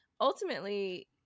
ultimately